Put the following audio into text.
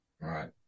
Right